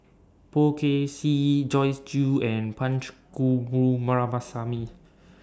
Poh Kay Swee Joyce Jue and Punch Coomaraswamy